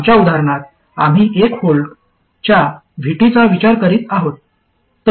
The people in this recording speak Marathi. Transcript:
आमच्या उदाहरणात आम्ही 1V च्या VT चा विचार करीत आहोत तर